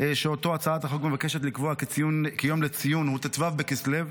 שאותו הצעת החוק מבקשת לקבוע כיום לציון הוא ט"ו בכסלו,